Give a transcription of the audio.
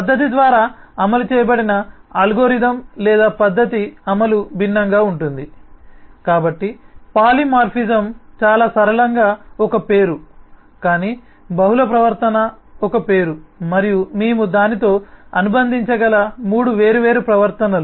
పద్ధతి ద్వారా అమలు చేయబడిన అల్గోరిథం లేదా పద్ధతి అమలు భిన్నంగా ఉంటుంది కాబట్టి పాలిమార్ఫిజం చాలా సరళంగా ఒక పేరు కానీ బహుళ ప్రవర్తన ఒక పేరు మరియు మేము దానితో అనుబంధించగల మూడు వేర్వేరు ప్రవర్తనలు